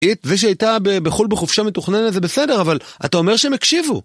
זה שהייתה בחול בחופשה מתוכננת זה בסדר, אבל אתה אומר שהם הקשיבו.